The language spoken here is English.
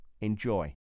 Enjoy